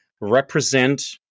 represent